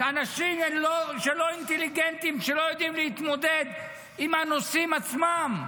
של אנשים לא אינטליגנטים שלא יודעים להתמודד עם הנושאים עצמם.